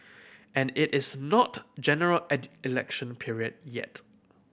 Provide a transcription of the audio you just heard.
and it is not General Election period yet